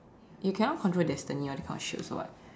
you cannot control destiny all these kind of shit also [what]